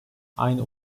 aynı